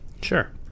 Sure